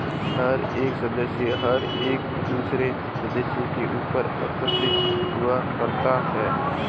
हर एक सदस्य हर दूसरे सदस्य के ऊपर आश्रित हुआ करता है